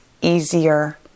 easier